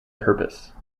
purpose